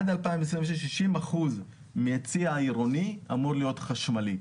עד 2026 60% מההיצע העירוני אמור להיות חשמלי,